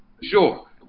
sure